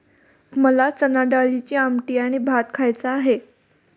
मला चणाडाळीची आमटी आणि भात खायचा आहे